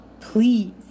please